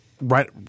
right